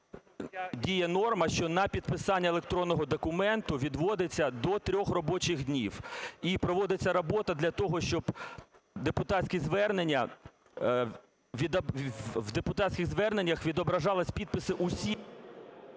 діє норма, що на підписання електронного документу відводиться до 3 робочих днів. І проводиться робота для того, щоб в депутатських звернення відображалися підписи усіх…